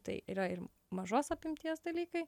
tai yra ir mažos apimties dalykai